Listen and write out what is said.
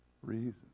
reason